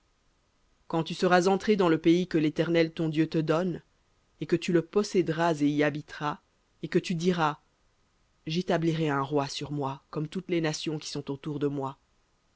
quand tu seras entré dans le pays que l'éternel ton dieu te donne et que tu le possèderas et y habiteras et que tu diras j'établirai un roi sur moi comme toutes les nations qui sont autour de moi